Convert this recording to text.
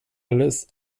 alles